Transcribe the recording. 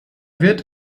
wird